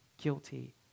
guilty